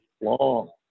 long